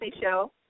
Show